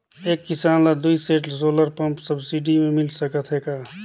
एक किसान ल दुई सेट सोलर पम्प सब्सिडी मे मिल सकत हे का?